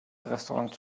restaurant